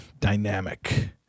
dynamic